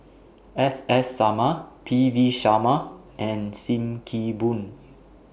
S S Sarma P V Sharma and SIM Kee Boon